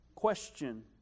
Question